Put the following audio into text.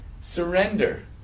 Surrender